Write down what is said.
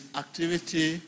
activity